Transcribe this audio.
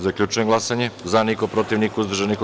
Zaključujem glasanje: za – niko, protiv – niko, uzdržan – niko.